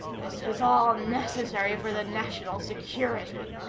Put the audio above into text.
this is all necessary for the national security,